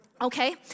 Okay